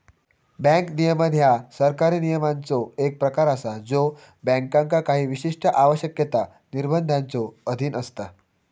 bank नियमन ह्या सरकारी नियमांचो एक प्रकार असा ज्यो बँकांका काही विशिष्ट आवश्यकता, निर्बंधांच्यो अधीन असता